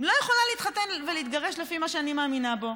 לא יכולה להתחתן ולהתגרש לפי מה שאני מאמינה בו,